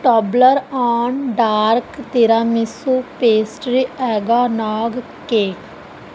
ਪੋਬਲਰ ਆਮ dark tiramisu pastry eggnog cake